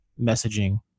messaging